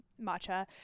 matcha